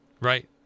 Right